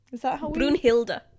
Brunhilde